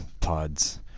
pods